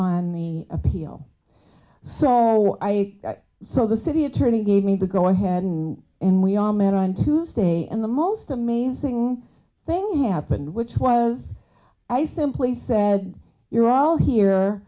on the appeal so i saw the city attorney gave me the go ahead and and we all met on tuesday and the most amazing thing happened which was i simply said you're all here